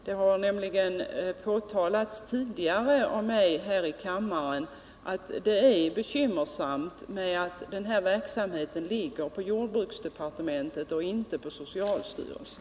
Jag har nämligen tidigare här i riksdagen påtalat att det är bekymmersamt att den här verksamheten sorterar under jordbruksdepartementet och inte under socialstyrelsen.